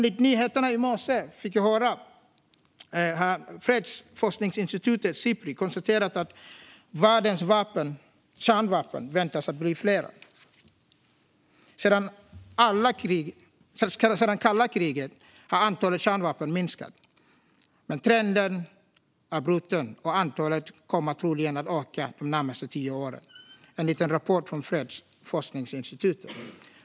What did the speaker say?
På nyheterna i morse hörde jag att fredsforskningsinstitutet Sipri konstaterat att världens kärnvapen väntas bli fler. Sedan kalla kriget har antalet kärnvapen minskat. Men trenden är bruten, och antalet kommer troligen att öka de närmaste tio åren, enligt Sipris rapport.